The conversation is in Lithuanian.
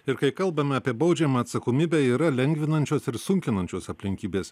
ir kai kalbame apie baudžiamą atsakomybę yra lengvinančios ir sunkinančios aplinkybės